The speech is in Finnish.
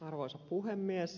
arvoisa puhemies